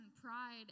pride